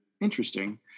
interesting